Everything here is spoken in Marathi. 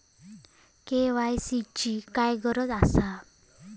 के.वाय.सी ची काय गरज आसा?